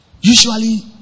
usually